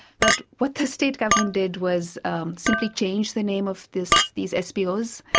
but what the state government did was simply change the name of this. these spos,